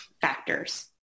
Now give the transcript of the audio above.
factors